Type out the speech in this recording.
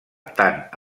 tant